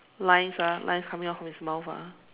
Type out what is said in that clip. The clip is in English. lines ah lines coming out from his mouth ah